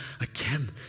again